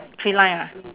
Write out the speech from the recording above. three line ah